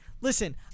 Listen